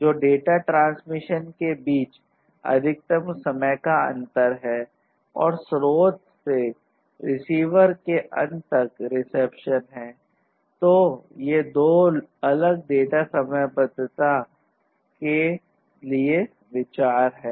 तो ये दो अलग डेटा समयबद्धता के लिए विचार हैं